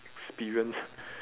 experience